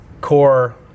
Core